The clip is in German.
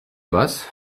was